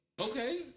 Okay